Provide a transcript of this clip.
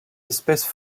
espèce